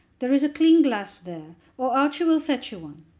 there is a clean glass there or archie will fetch you one.